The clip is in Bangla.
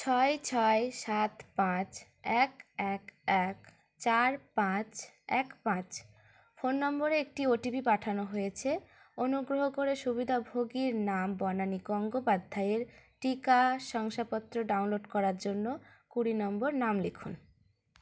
ছয় ছয় সাত পাঁচ এক এক এক চার পাঁচ এক পাঁচ ফোন নম্বরে একটি ওটিপি পাঠানো হয়েছে অনুগ্রহ করে সুবিধাভোগীর নাম বনানী অঙ্গোপাধ্যায়ের টিকা শংসাপত্র ডাউনলোড করার জন্য কুড়ি নম্বর নাম লিখুন